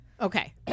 Okay